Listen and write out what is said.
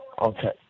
Okay